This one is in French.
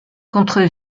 contre